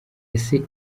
ese